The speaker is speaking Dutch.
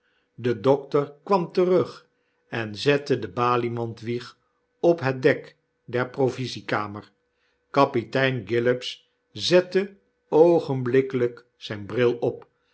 de dokter kwam terug en zette de baliemand-wieg op het dek der provisiekamer kapitein gillops zette oogenblikkelyk zijn bril op